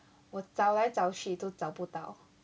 我找来找去都找不到